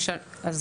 אני